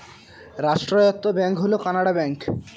রাষ্ট্রায়ত্ত ব্যাঙ্ক হল কানাড়া ব্যাঙ্ক